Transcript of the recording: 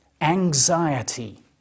Anxiety